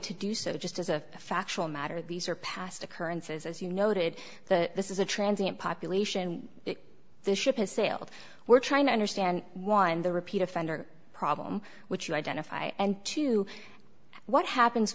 to do so just as a factual matter these are passed occurrences as you noted that this is a transit population this ship has sailed we're trying to understand one the repeat offender problem which you identify and two what happens